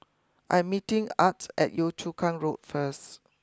I'm meeting Art at Yio Chu Kang Road first